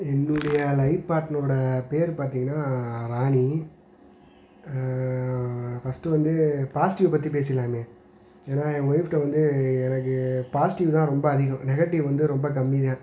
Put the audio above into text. என்னுடைய life partner ஓட பேர் பார்த்தீங்கனா ராணி ஃபஸ்டு வந்து பாசிட்டிவ் பற்றி பேசிடலாமே ஏன்னால் என் ஒய்ஃப்கிட்ட வந்து எனக்கு பாசிட்டிவ் தான் ரொம்ப அதிகம் நெகட்டிவ் வந்து ரொம்ப கம்மி தான்